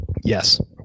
Yes